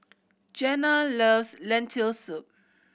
Jeana loves Lentil Soup